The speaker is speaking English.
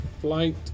flight